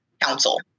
Council